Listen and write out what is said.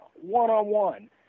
one-on-one